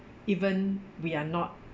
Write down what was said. even we're not